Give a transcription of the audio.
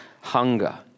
hunger